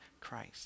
Christ